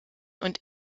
und